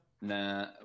Nah